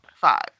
five